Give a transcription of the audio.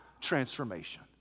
transformation